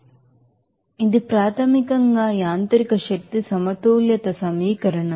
కాబట్టి ఇది ప్రాథమికంగా మెకానికల్ ఎనర్జీ బాలన్స్ ఈక్వేషన్